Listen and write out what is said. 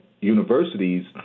universities